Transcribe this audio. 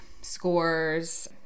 scores